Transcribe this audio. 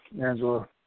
Angela